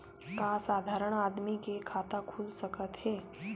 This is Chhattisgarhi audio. का साधारण आदमी के खाता खुल सकत हे?